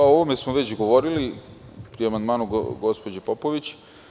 O ovome smo već govorili pri amandmanu gospođe Popović.